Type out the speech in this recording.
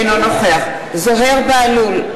אינו נוכח זוהיר בהלול,